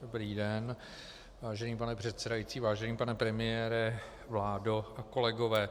Dobrý den, vážený pane předsedající, vážený pane premiére, vládo a kolegové.